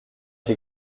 sie